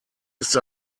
ist